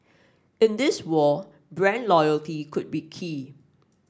in this war brand loyalty could be key